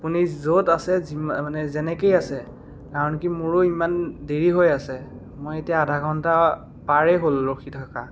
আপুনি য'ত আছে যিমা মানে যেনেকৈয়ে আছে কাৰণ কি মোৰো ইমান দেৰি হৈ আছে মই এতিয়া আধা ঘণ্টা পাৰেই হ'ল ৰখি থকা